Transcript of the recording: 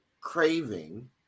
craving